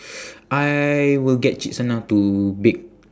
I will get cik senah to bake